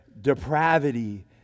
depravity